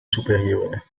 superiore